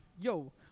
Yo